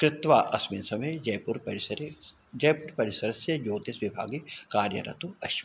कृत्वा अस्मिन् समये जैपुर् परिसरे जैपुर् परिसरस्य ज्योतिषविभागे कार्यरतो अस्मि